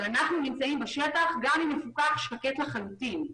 אבל אנחנו נמצאים בשטח גם אם מפוקח שקט לחלוטין.